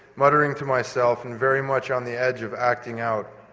muttering to myself and very much on the edge of acting out.